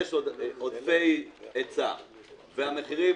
שכשיש עודפי היצע והמחירים